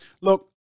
Look